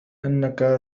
أنك